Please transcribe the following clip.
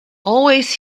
always